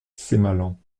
sémalens